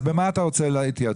אז מה אתה רוצה להתייעצות?